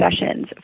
sessions